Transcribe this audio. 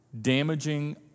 damaging